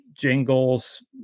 jingles